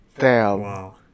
Wow